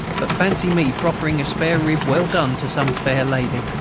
but fancy me proffering a spare-rib, well done, to some fair lady!